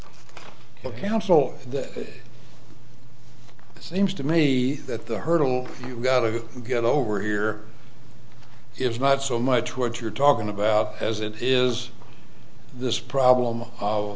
for the counsel that seems to me that the hurdle to get over here is not so much what you're talking about as it is this problem